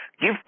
Give